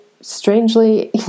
strangely